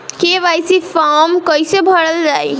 KYC form कइसे भरल जाइ?